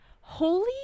Holy